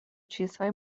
چیزهای